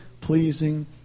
pleasing